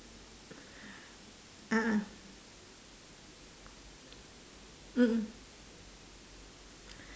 a'ah mm mm